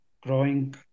growing